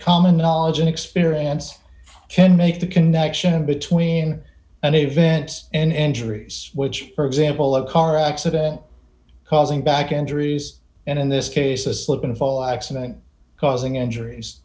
common knowledge and experience can make the connection between an event and injuries which for example a car accident causing back injuries and in this case a slip and fall accident causing injuries